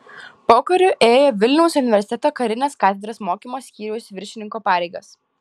pokariu ėjo vilniaus universiteto karinės katedros mokymo skyriaus viršininko pareigas